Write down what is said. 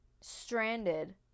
stranded